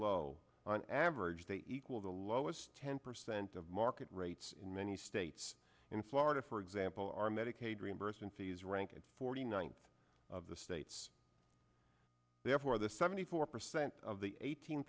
lelo on average they equal the lowest ten percent of market rate in many states in florida for example our medicaid reimbursement fees rank forty ninth of the states therefore the seventy four percent of the eighteen